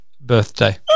birthday